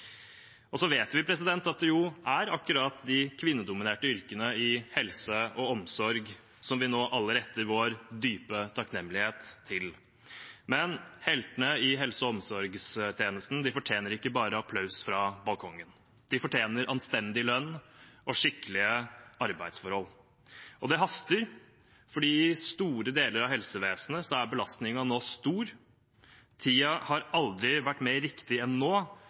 Vi vet at det er akkurat de kvinnedominerte yrkene i helse og omsorg som vi nå alle retter vår dype takknemlighet til, men heltene i helse- og omsorgstjenesten fortjener ikke bare applaus fra balkongen. De fortjener anstendig lønn og skikkelige arbeidsforhold, og det haster, for i store deler av helsevesenet er belastningen nå stor. Tiden har aldri vært mer riktig enn nå